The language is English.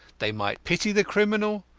they might pity the criminal,